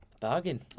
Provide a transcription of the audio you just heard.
Bargain